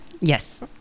Yes